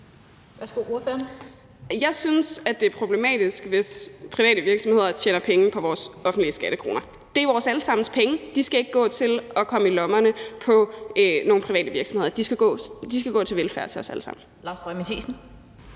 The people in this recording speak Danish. Jeg synes, at det er problematisk, hvis private virksomheder tjener penge på vores offentlige skattekroner. Det er vores alle sammens penge, og de skal ikke gå til at komme i lommerne på nogle private virksomheder. De skal gå til velfærd til os alle sammen.